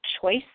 choice